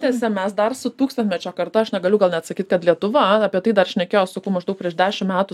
tiesa mes dar su tūkstantmečio karta aš negaliu gal net sakyt kad lietuva apie tai dar šnekėjo sakau maždaug prieš dešim metų